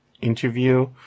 interview